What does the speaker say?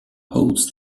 holds